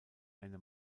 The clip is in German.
eine